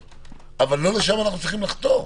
אבל לא לשם אנחנו צריכים לחתור.